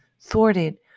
thwarted